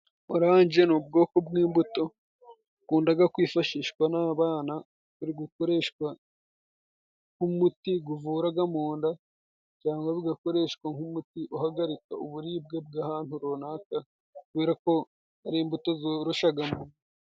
Oranje ni ubwoko bw'imbuto bukundaga kwifashishwa n'abana, gukoreshwa nk'umuti guvuraga mu nda cangwa bigakoreshwa nk'umuti uhagarika uburibwe bw'ahantu runaka, kubera ko hari imbuto zoroshaga.